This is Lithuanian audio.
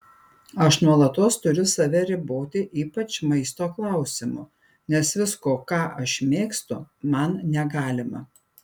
aš nuolatos turiu save riboti ypač maisto klausimu nes visko ką aš mėgstu man negalima